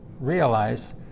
realize